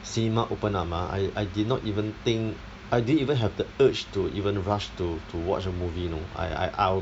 cinema open up ah I I did not even think I didn't even have the urge to even rush to to watch a movie you know I I I will